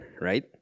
Right